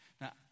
Now